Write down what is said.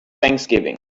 thanksgiving